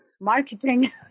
marketing